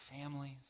families